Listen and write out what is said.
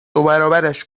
دوبرابرش